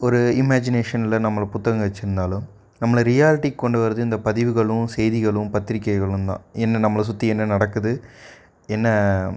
ஒரு இமேஜினேஷனில் நம்மளை புத்தகங்கள் வச்சிருந்தாலும் நம்மளை ரியால்ட்டிக்கு கொண்டு வரது இந்த பதிவுகளும் செய்திகளும் பத்திரிகைகளும் தான் என்ன நம்மளை சுற்றி என்ன நடக்குது என்ன